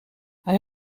hij